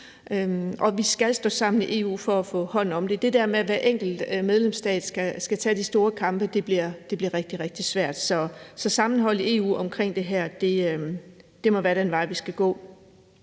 Vi skal stå sammen i EU for at få hånd om det. Det der med, at hver enkelt medlemsstat skal tage de store kampe, bliver rigtig, rigtig svært. Så at holde sammen i EU omkring det her må være den vej, vi skal gå.